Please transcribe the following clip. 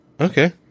Okay